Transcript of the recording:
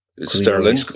Sterling